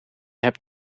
hebt